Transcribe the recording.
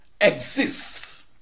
exists